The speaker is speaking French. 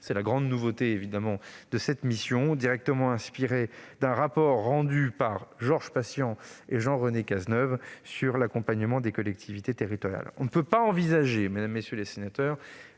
grande nouveauté de cette mission, directement inspiré d'un rapport rendu par Georges Patient et Jean-René Cazeneuve sur l'accompagnement des collectivités territoriales. Mesdames, messieurs les sénateurs,